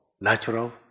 natural